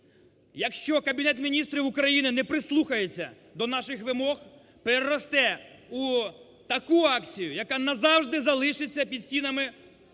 якщо Кабінет Міністрів України не прислухається до наших вимог, переросте у таку акцію, яка назавжди залишиться під стінами